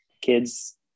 kids